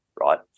right